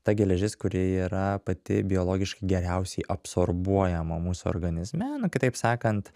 ta geležis kuri yra pati biologiškai geriausiai absorbuojama mūsų organizme nu kitaip sakant